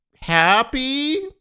happy